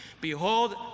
Behold